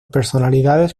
personalidades